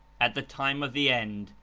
at the time of the end,